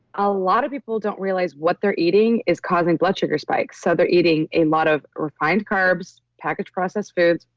a lot of people don't realize what they're eating is causing blood sugar spike. so they're eating a lot of refined carbs, packaged, processed foods,